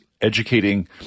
educating